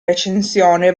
recensione